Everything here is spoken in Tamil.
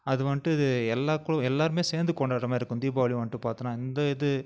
அது வந்துட்டு இது எல்லாேக்கும் எல்லாேருமே சேர்ந்து கொண்டாடுற மாதிரி இருக்கும் தீபாவளி வந்துட்டு பார்த்தோன்னா இந்த இது